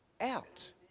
out